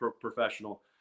professional